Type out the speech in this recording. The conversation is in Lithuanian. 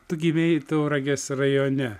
tu gimei tauragės rajone